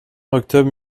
octobre